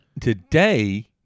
today